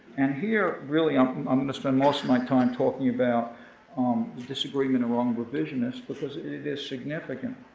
and here, really i'm i'm gonna spend most of my time talking about um the disagreement among revisionists, because it is significant.